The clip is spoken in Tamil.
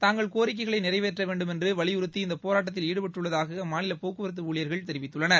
தங்கள் கோரிக்கைகளை நிறைவேற்ற வேண்டுமென்று வலியுறுத்தி இந்த போராட்த்தில் ஈடுபட்டுள்ளதாக அம்மாநில போக்குவரத்து ஊழியர்கள் தெரிவித்துள்ளனர்